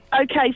Okay